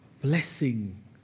blessing